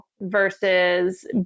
versus